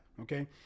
okay